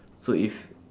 so if